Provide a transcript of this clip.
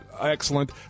excellent